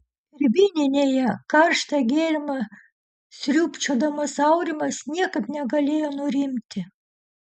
ir vyninėje karštą gėrimą sriubčiodamas aurimas niekaip negalėjo nurimti